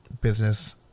business